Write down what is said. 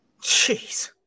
Jeez